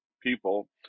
people